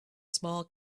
small